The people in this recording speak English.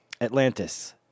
Atlantis